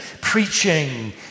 preaching